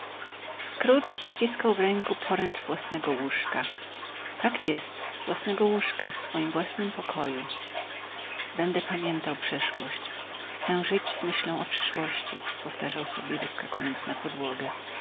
scrooge ściskał w ręku poręcz własnego łóżka tak jest własnego łóżka w swoim własnym pokoju będę pamiętał przeszłość chcę żyć z myślą o przyszłości powtarzał sobie wyskakując na podłogę